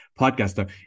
podcaster